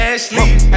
Ashley